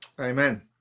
Amen